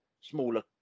smaller